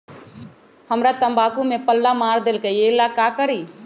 हमरा तंबाकू में पल्ला मार देलक ये ला का करी?